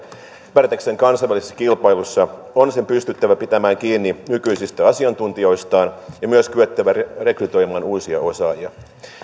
pärjäämään kansainvälisessä kilpailussa on sen pystyttävä pitämään kiinni nykyisistä asiantuntijoistaan ja myös kyettävä rekrytoimaan uusia osaajia